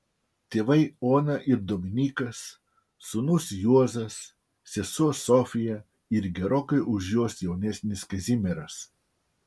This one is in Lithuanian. tėvai ona ir dominykas sūnus juozas sesuo sofija ir gerokai už juos jaunesnis kazimieras